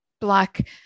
black